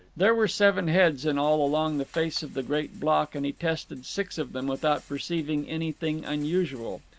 there were seven heads in all along the face of the great block, and he tested six of them without perceiving anything unusual.